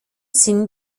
sinn